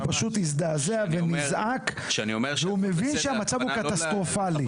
פשוט הזדעזע ונזעק והוא מבין שהמצב הוא קטסטרופלי.